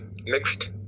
next